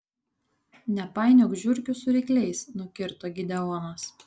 nepainiok žiurkių su rykliais nukirto gideonas